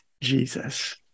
Jesus